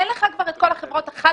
אין לך כבר את כל החברות החד-רשותיות,